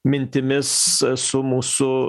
mintimis su mūsų